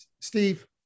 Steve